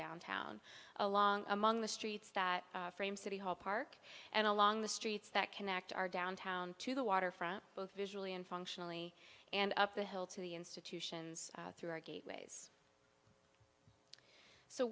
downtown along among the streets that frame city hall park and along the streets that connect our downtown to the waterfront both visually and functionally and up the hill to the institutions through our gateways so